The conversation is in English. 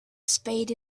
spade